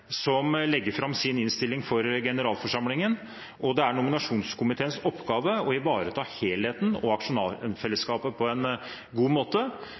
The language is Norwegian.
som legger fram sin innstilling for generalforsamlingen, og det er nominasjonskomiteens oppgave å ivareta helheten og aksjonærfellesskapet på en god måte.